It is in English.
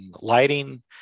lighting